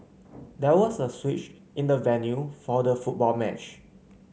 there was a switch in the venue for the football match